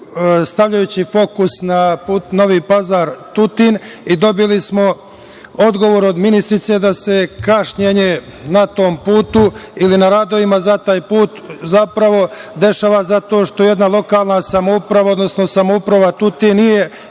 stavljajući fokus na Novi Pazar, Tutin, dobili smo odgovor od ministarke da se kašnjenje na tom putu ili na radovima za taj put, zapravo dešava zato što jedna lokalna samouprava, odnosno samouprava Tutin nije